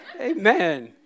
Amen